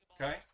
Okay